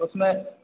उसमें